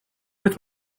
with